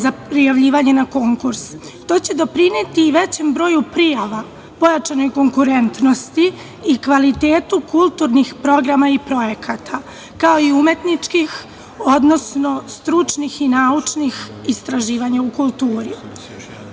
za prijavljivanje na konkurs. To će doprineti i većem broju prijava, pojačanoj konkurentnosti i kvalitetu kulturnih programa i projekata, kao i umetničkih, odnosno stručnih i naučnih istraživanja u kulturi. Ovim